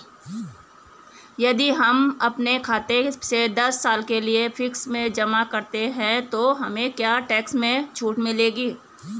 यदि हम अपने खाते से दस साल के लिए फिक्स में जमा करते हैं तो हमें क्या टैक्स में छूट मिलेगी?